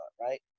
right